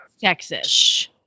Texas